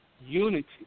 unity